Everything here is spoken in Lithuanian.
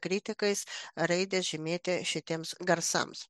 kritikais raidės žymėti šitiems garsams